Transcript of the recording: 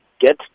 get